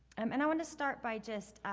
um and i want to start by just,